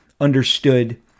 understood